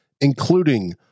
including